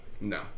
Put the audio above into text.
No